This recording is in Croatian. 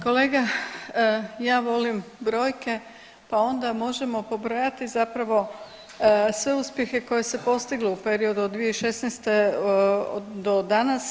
Kolega ja volim brojke, pa onda možemo pobrojati zapravo sve uspjehe koje se postiglo u periodu od 2016. do danas.